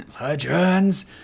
Legends